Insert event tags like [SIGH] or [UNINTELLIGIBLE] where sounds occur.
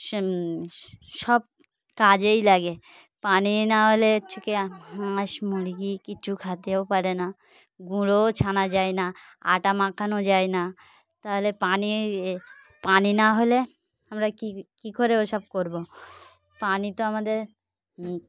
সে সব কাজেই লাগে পানি না হলে [UNINTELLIGIBLE] হাঁস মুরগি কিছু খেতেও পারে না গুঁড়োও ছানা যায় না আটা মাখানো যায় না তাহলে পানি পানি না হলে আমরা কী কী করে ওসব করবো পানি তো আমাদের